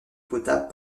potable